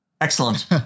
Excellent